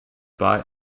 bought